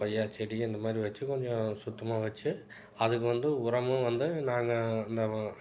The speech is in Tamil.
கொய்யாச் செடி இந்த மாதிரி வச்சு கொஞ்சம் சுத்தமாக வச்சு அதுக்கு வந்து உரமும் வந்து நாங்கள் நம்ம